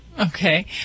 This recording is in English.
okay